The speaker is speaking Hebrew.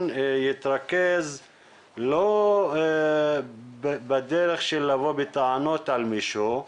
יתרכז לא בדרך של לבוא בטענות למישהו,